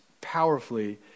powerfully